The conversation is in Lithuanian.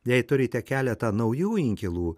jei turite keletą naujų inkilų